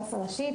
העו"ס הראשית,